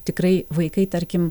tikrai vaikai tarkim